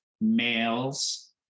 males